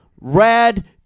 Rad